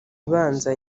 ibanza